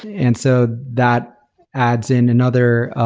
and so that adds in another